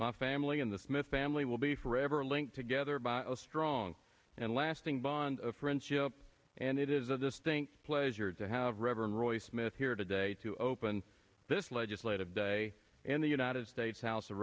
family in the smith family will be forever linked together by a strong and lasting bond of friendship and it is a distinct pleasure to have reverend roy smith here today to open this legislative day in the united states house of